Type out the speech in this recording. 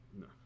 No